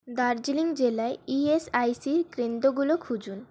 দার্জিলিং জেলায় ইএসআইসির কেন্দ্রগুলো খুঁজুন